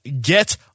get